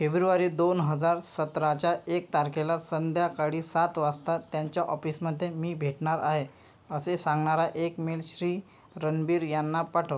February दोन हजार सतराच्या एक तारखेला संध्याकाळी सात वाजता त्यांच्या ऑफिसमध्ये मी भेटणार आहे असे सांगणारा एक मेल श्री रनबीर यांना पाठव